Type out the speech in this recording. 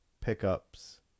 pickups